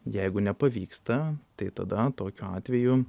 jeigu nepavyksta tai tada tokiu atveju